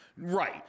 Right